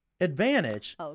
advantage